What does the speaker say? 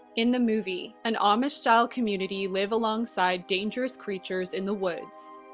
in the movie, an amish-style community live alongside dangerous creatures in the woods.